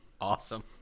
awesome